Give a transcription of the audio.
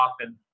often